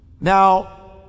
now